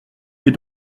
est